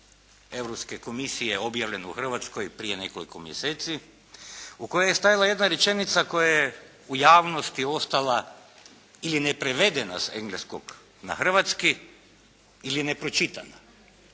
Europske Komisije objavljen u Hrvatskoj prije nekoliko mjeseci u kojoj je stajala jedna rečenica koja je u javnosti ostala ili neprevedena s engleskog na hrvatski ili nepročitana,